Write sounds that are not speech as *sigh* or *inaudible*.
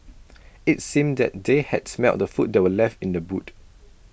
*noise* IT seemed that they had smelt the food that were left in the boot